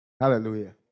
Hallelujah